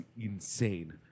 insane